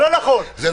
זה לא נכון.